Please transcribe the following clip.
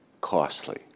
costly